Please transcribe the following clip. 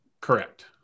Correct